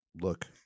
Look